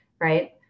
Right